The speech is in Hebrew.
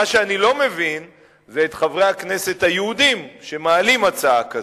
מה שאני לא מבין זה שחברי הכנסת היהודים מעלים הצעה כזאת,